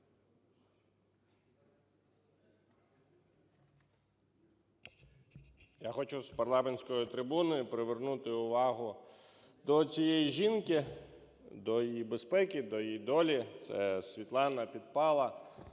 Я хочу з парламентської трибуни привернути увагу до оцієї жінки, до її безпеки, до її долі – це Світлана Підпала,